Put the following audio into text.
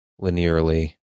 linearly